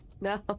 No